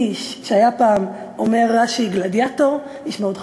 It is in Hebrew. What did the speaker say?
איש שהיה פעם, אומר רש"י, גלדיאטור, איש מאוד חזק,